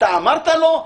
אמרת לו?